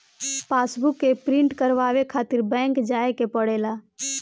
passbook के print करवावे खातिर बैंक जाए के पड़ेला